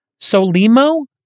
Solimo